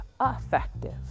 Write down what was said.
effective